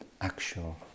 actual